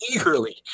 eagerly